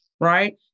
right